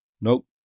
Nope